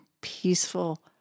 peaceful